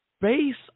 based